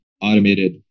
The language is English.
automated